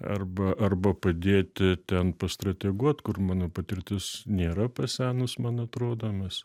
arba arba padėti ten pastrateguot kur mano patirtis nėra pasenus man atrodo nes